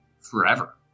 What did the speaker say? forever